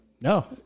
no